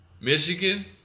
Michigan